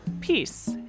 peace